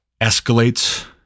escalates